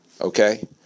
Okay